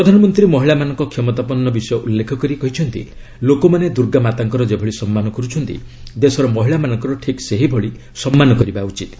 ପ୍ରଧାନମନ୍ତ୍ରୀ ମହିଳା ମାନଙ୍କ କ୍ଷମତାପନ୍ନ ବିଷୟ ଉଲ୍ଲେଖ କରି କହିଛନ୍ତି ଲୋକମାନେ ଦୁର୍ଗାମାତାଙ୍କର ଯେଭଳି ସମ୍ମାନ କରୁଛନ୍ତି ଦେଶର ମହିଳାମାନଙ୍କର ଠିକ୍ ସେହିଭଳି ସମ୍ମାନ କରିବା ଉଚିତ୍